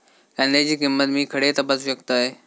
कांद्याची किंमत मी खडे तपासू शकतय?